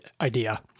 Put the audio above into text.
idea